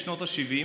בשנות השבעים,